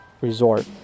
Resort